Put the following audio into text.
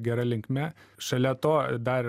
gera linkme šalia to dar